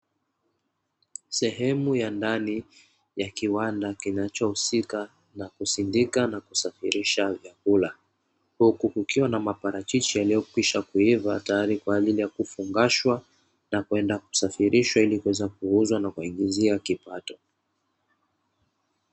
Sehemu ya ndani ya kiwanda kinacho husika na kusindika na kusafirisha vyakula, huku kukiwa na maparachichi yaliyokwisha kuiva tayari kwaajili ya kufungashwa na kwenda kusafirishwa, ili kwenda kuuzwa na kuwaingizia kipato.